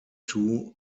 two